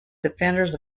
defenders